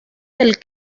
del